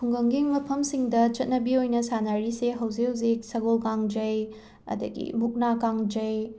ꯈꯨꯡꯒꯪꯒꯤ ꯃꯐꯃꯁꯤꯡꯗ ꯆꯠꯅꯕꯤ ꯑꯣꯏꯅ ꯁꯥꯟꯅꯔꯤꯁꯦ ꯍꯧꯖꯤꯛ ꯍꯧꯖꯤꯛ ꯁꯒꯣꯜ ꯀꯥꯡꯖꯩ ꯑꯗꯒꯤ ꯃꯨꯛꯅꯥ ꯀꯥꯡꯖꯩ